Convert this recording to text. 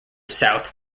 south